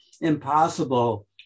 impossible